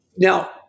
Now